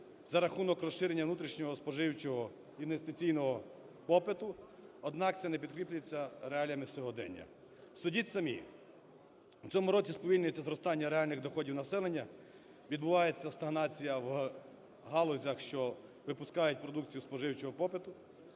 за рахунок розширення внутрішнього споживчого інвестиційного попиту, однак це не підкріплюється реаліями сьогодення. Судіть самі: в цьому році сповільнюється зростання реальних доходів населення, відбувається стагнація в галузях, що випускають продукцію споживчого попиту,